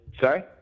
Sorry